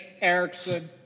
Erickson